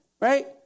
right